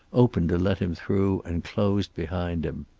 opened to let him through and closed behind him.